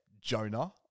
Jonah